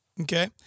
Okay